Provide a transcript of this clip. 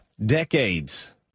decades